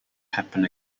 happen